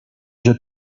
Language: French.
jeu